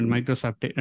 Microsoft